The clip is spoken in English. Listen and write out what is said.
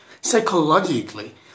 Psychologically